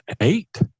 eight